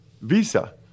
Visa